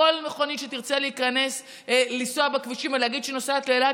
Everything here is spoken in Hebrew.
שכל מכונית שתרצה לנסוע בכבישים ולהגיד שהיא נוסעת לאילת